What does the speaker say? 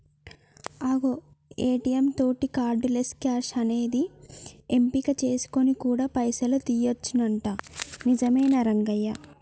అగో ఏ.టీ.యం తోటి cardless cash అనేది ఎంపిక చేసుకొని కూడా పైసలు తీయొచ్చునంట నిజమేనా రంగయ్య